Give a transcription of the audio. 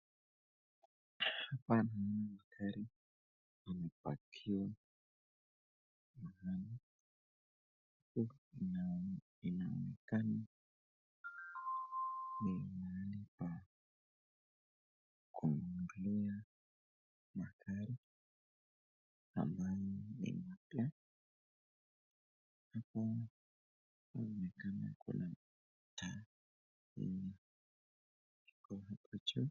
Hapa naona gari imepakiwa na inaonekana ni mahali pa kuonea magari ambayo ni wapya, hapa ni kama kuna taa kwa huko juu.